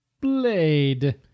Blade